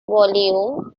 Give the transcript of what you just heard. volume